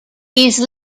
these